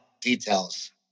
Details